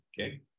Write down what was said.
okay